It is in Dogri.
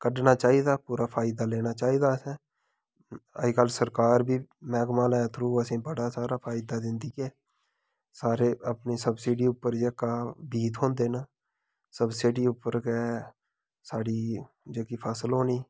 कड्डना चाहिदा पूरा फायदा लैना चाहिदा असें अज्जकल सरकार बी मैह्कमा आह्ले दे थ्रू असेंगी बड़ा सारा फायदा दिंदी ऐ सारें अपनी सब्सिडी उप्पर जेह्का बीऽ थ्होंदे न सब्सिडी उप्पर गै साढ़ी जेह्की फसल होनी